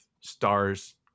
stars